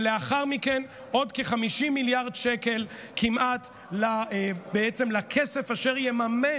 ולאחר מכן עוד כ-50 מיליארד שקל כמעט לכסף אשר יממן,